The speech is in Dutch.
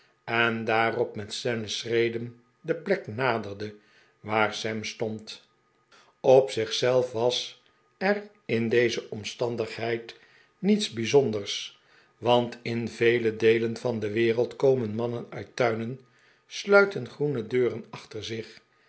en daarop met snelle schreden de plek naderde waar sam stond op zich zelf was er in deze omstandigheid niets bijzonders want in vele deelen van de wereld komen mannen uit tuinen sluiten groene deuren achter zich